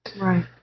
Right